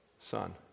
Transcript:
son